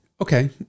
Okay